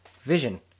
vision